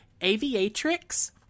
aviatrix